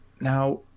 Now